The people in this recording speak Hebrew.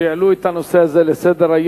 שהעלו את הנושא הזה לסדר-היום.